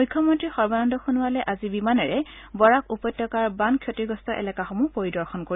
মুখ্যমন্ত্ৰী সৰ্বানন্দ সোণোৱালে আজি বিমানেৰে বৰাক উপত্যকাৰ বান ক্ষতিগ্ৰস্ত এলেকাসমূহ পৰিদৰ্শন কৰিব